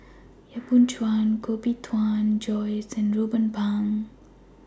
Yap Boon Chuan Koh Bee Tuan Joyce and Ruben Pang